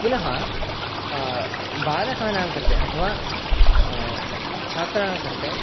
पुनः बालकानाङ्कृते अथवा छात्राणाङ्कृते